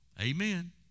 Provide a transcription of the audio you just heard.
Amen